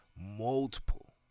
multiple